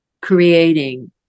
creating